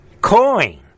coin